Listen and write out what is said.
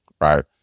right